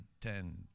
ten